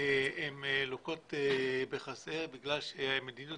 לוקות בחסר כי מדיניות